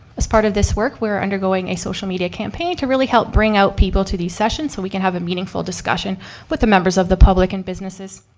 as part of this work we're undergoing a social media campaign to really help bring out people to these sessions so we can have a meaningful discussion with the members of the public and businesses.